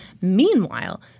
Meanwhile